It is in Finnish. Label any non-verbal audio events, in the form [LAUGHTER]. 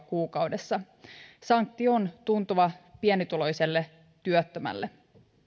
[UNINTELLIGIBLE] kuukaudessa sanktio on tuntuva pienituloiselle työttömälle